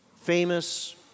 famous